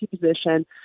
position